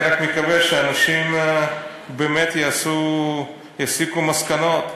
אני רק מקווה שאנשים באמת יסיקו מסקנות.